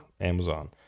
Amazon